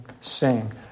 sing